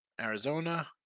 Arizona